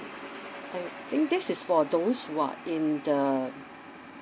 I think this is for those who are in the